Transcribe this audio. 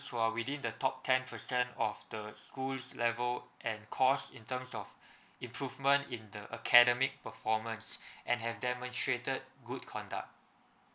within the top ten percent of the school's level and course in terms of improvement in the academic performance and have demonstrated good conduct